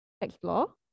explore